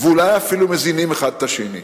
ואולי אפילו מזינים אחד את השני.